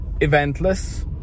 eventless